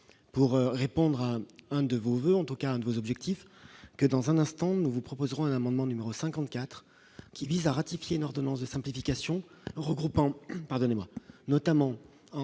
pour répondre à un de vos voeux, en tout cas de vos objectifs que dans un instant, nous vous proposerons un amendement numéro 54 qui vise à ratifier une ordonnance de simplification regroupant,